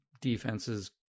defenses